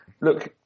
look